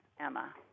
Emma